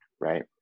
right